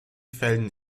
fällen